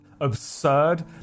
absurd